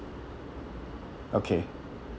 okay